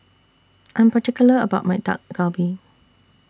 I Am particular about My Dak Galbi